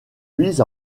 mise